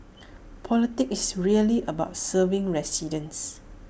politics is really about serving residents